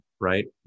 right